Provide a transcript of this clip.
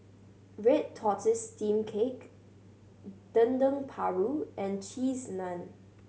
red tortoise steamed cake Dendeng Paru and Cheese Naan